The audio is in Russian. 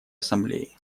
ассамблеи